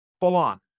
full-on